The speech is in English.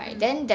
mm